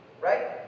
Right